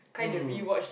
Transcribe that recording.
mm